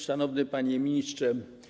Szanowny Panie Ministrze!